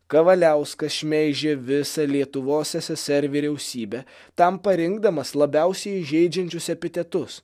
kavaliauskas šmeižė visą lietuvos ssr vyriausybę tam parinkdamas labiausiai įžeidžiančius epitetus